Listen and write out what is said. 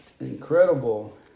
Incredible